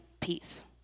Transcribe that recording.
peace